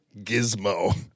Gizmo